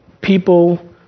people